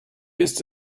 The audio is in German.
ist